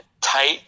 tight